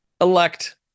elect